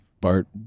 Bart